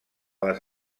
les